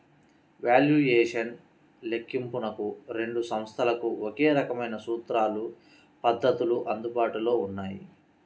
valuation లెక్కింపునకు రెండు సంస్థలకు ఒకే రకమైన సూత్రాలు, పద్ధతులు అందుబాటులో ఉన్నాయి